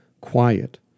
quiet